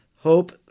hope